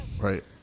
Right